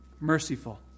merciful